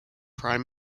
prime